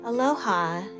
Aloha